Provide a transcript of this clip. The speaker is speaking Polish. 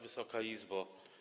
Wysoka Izbo!